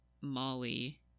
Molly